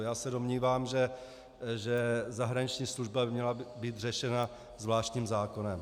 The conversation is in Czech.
Já se domnívám, že zahraniční služba by měla být řešena zvláštním zákonem.